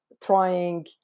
trying